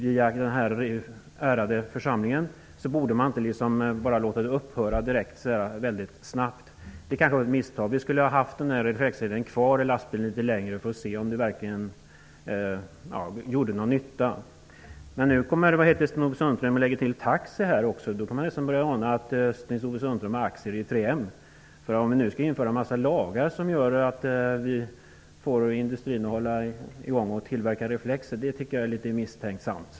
Om den här ärade församlingen inför en åtgärd borde man inte bara låta den upphöra så där snabbt. Det var kanske ett misstag. Kravet på reflexselar i lastbilar skulle ha gällt litet längre. Då hade vi kunnat se om de verkligen gjorde någon nytta. Nu vill Sten-Ove Sundström att kravet skall gälla även taxibilar. Då kan man nästan börja undra om Sten-Ove Sundström har aktier i 3M Company. Om vi nu skall införa en massa lagar som bidrar till att hålla den industri som tillverkar reflexer i gång, tycker jag nog att det är litet misstänksamt.